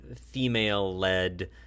female-led